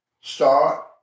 start